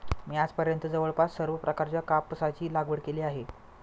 मी आजपर्यंत जवळपास सर्व प्रकारच्या कापसाची लागवड केली आहे